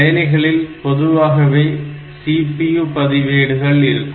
செயலிகளில் பொதுவாகவே CPU பதிவேடுகள் இருக்கும்